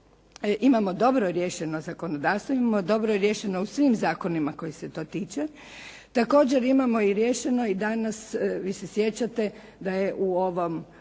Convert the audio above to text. imamo dobro riješeno zakonodavstvo, imamo dobro riješeno u svim zakonima kojih se to tiče. Također imamo i riješeno i danas, vi se sjećate da je u ovom